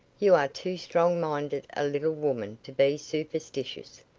you are too strong-minded a little woman to be superstitious.